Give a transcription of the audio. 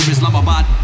Islamabad